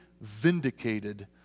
vindicated